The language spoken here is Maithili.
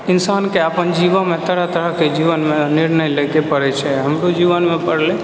इंसानके अपन जीवनमे तरह तरहकेजीवनमे निर्णय लेबै पड़ै छै हमरो जीवनमे पड़लै